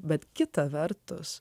bet kita vertus